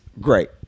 great